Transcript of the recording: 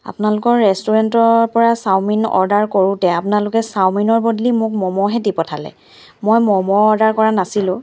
আপোনালোকৰ ৰেষ্টুৰেণ্টৰ পৰা চাওমিন অৰ্ডাৰ কৰোঁতে আপোনালোকে চাওমিনৰ বদলি মোক মমোহে দি পঠালে মই মমো অৰ্ডাৰ কৰা নাছিলোঁ